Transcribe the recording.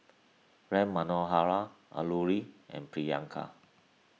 Ram Manohar Alluri and Priyanka